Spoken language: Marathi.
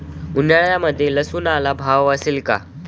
उन्हाळ्यामध्ये लसूणला भाव असेल का?